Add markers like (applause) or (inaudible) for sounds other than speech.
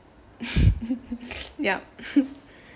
(laughs) yup